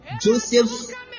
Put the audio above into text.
Joseph